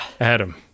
Adam